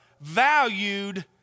valued